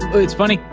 it's funny,